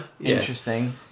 Interesting